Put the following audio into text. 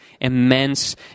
immense